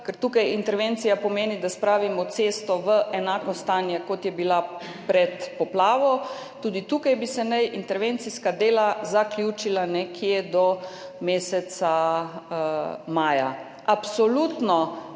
ker tukaj intervencija pomeni, da spravimo cesto v enako stanje, kot je bila pred poplavo. Tudi tukaj bi se naj intervencijska dela zaključila nekje do meseca maja. Absolutno